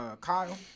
kyle